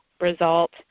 result